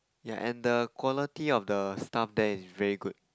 ya and the quality of the stuff there is very good